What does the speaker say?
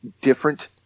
different